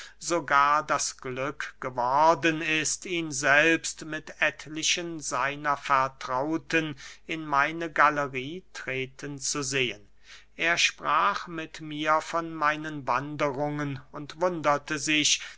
sogar das glück geworden ist ihn selbst mit etlichen seiner vertrauten in meine galerie treten zu sehen er sprach mit mir von meinen wanderungen und wunderte sich